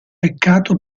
peccato